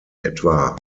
etwa